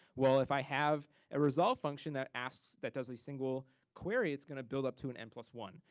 well if i have a resolve function that asks, that does a single query, it's gonna build up to and n plus one.